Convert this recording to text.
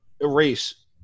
erase